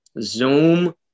zoom